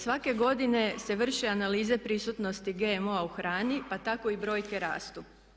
Svake godine se vrše analize prisutnosti GMO-a u hrani pa tako i brojke rastu.